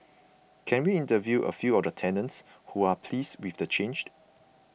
can we interview a few of the tenants who are pleased with the changed